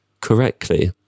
correctly